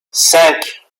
cinq